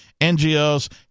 NGOs